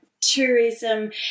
tourism